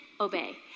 obey